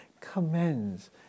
commends